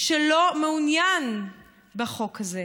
שלא מעוניין בחוק הזה,